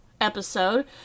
episode